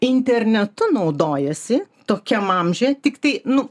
internetu naudojasi tokiam amžiuje tiktai nu